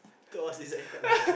cause I was inside here quite long eh